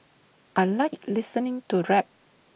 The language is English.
I Like listening to rap